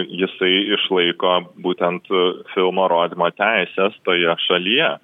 jisai išlaiko būtent filmo rodymo teises toje šalyje